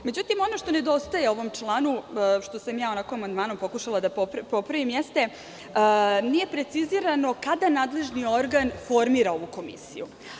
Međutim, ono što nedostaje ovom članu, što sam ja amandmanom pokušala da popravim, jeste da nije precizirano kada nadležni organ formira ovu komisiju.